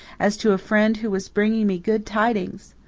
as to a friend who was bringing me good tidings!